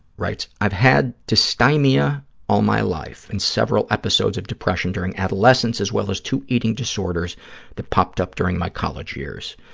writes, i've had dysthymia all my life and several episodes of depression during adolescence, as well as two eating disorders that popped up during my college years.